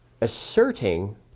asserting